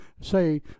say